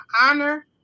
honor